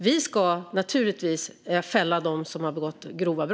Vi ska naturligtvis fälla dem som har begått grova brott.